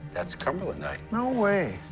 that's cumberlandite. no way.